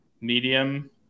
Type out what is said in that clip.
Medium